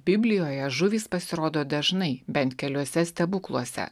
biblijoje žuvys pasirodo dažnai bent keliuose stebukluose